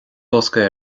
bosca